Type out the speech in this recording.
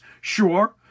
sure